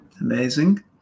Amazing